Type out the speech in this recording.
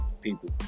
people